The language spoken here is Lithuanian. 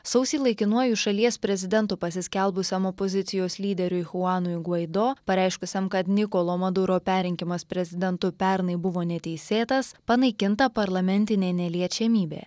sausį laikinuoju šalies prezidentu pasiskelbusiam opozicijos lyderiui chuanui gvaido pareiškusiam kad nikolo maduro perrinkimas prezidentu pernai buvo neteisėtas panaikinta parlamentinė neliečiamybė